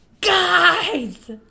Guys